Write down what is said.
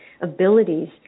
abilities